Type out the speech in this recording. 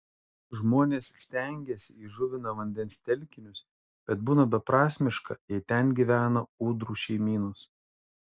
žmonės stengiasi įžuvina vandens telkinius bet būna beprasmiška jei ten gyvena ūdrų šeimynos